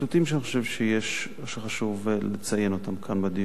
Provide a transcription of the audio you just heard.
שאני חושב שחשוב לציין אותם כאן בדיון: